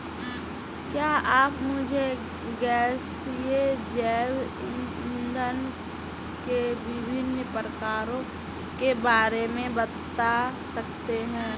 क्या आप मुझे गैसीय जैव इंधन के विभिन्न प्रकारों के बारे में बता सकते हैं?